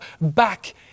back